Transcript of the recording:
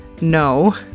No